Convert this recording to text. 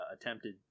attempted